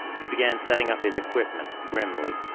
he began setting up his equipment grimly.